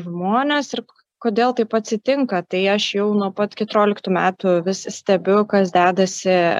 žmones ir kodėl taip atsitinka tai aš jau nuo pat keturioliktų metų vis stebiu kas dedasi